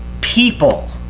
people